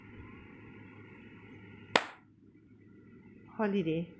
holiday